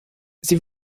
sie